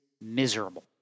miserable